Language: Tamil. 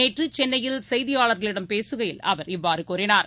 நேற்றுசென்னையில் செய்தியாளர்களிடம் பேசுகையில் அவர் இவ்வாறுகூறினார்